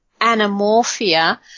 Anamorphia